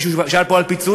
מישהו שאל פה על פיצויים.